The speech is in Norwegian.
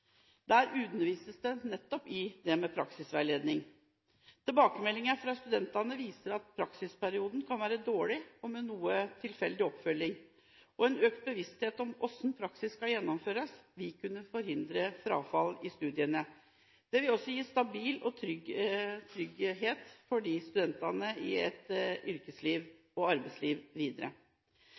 Der undervises det nettopp i det med praksisveiledning. Tilbakemeldinger fra studentene viser at praksisperioden kan være dårlig og med noe tilfeldig oppfølging. En økt bevissthet om hvordan praksis skal gjennomføres, vil kunne forhindre frafall i studiene. Det vil også gi stabilitet og trygghet for studentene i et yrkesliv og arbeidsliv videre.